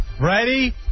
Ready